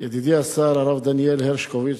ידידי השר הרב דניאל הרשקוביץ,